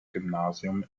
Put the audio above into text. gymnasium